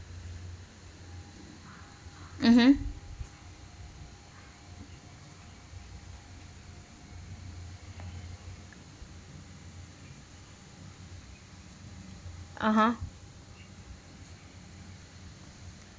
mmhmm (uh huh)